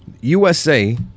USA